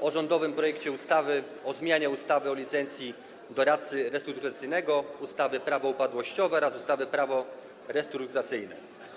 o rządowym projekcie ustawy o zmianie ustawy o licencji doradcy restrukturyzacyjnego, ustawy Prawo upadłościowe oraz ustawy Prawo restrukturyzacyjne.